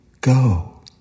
go